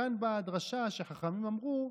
מכאן הדרשה שחכמים אמרו: